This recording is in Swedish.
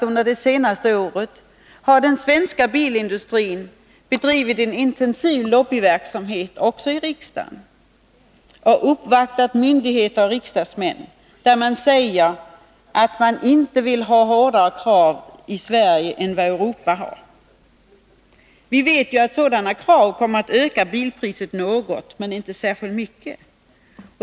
Under senaste året har den svenska bilindustrin bedrivit en intensiv lobbyverksamhet också i riksdagen och uppvaktat myndigheter och riksdagsmän. Bilindustrins företrädare har sagt att man inte vill ha hårdare krav i Sverige än Europa i övrigt har. Vi vet att strängare krav kommer att öka bilpriset något, men inte särskilt mycket.